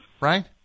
Right